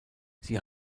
sie